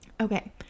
Okay